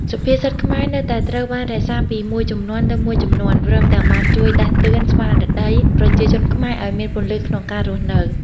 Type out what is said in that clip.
សុភាសិតខ្មែរនៅតែត្រូវបានរក្សាពីមួយជំនាន់ទៅមួយជំនាន់ ព្រមទាំងបានជួយដាស់តឿនស្មារតីប្រជាជនខ្មែរឲ្យមានពន្លឺក្នុងការរស់នៅ។